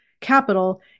capital